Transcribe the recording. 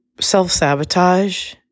self-sabotage